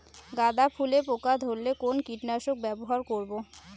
গাদা ফুলে পোকা ধরলে কোন কীটনাশক ব্যবহার করব?